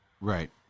Right